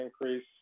increase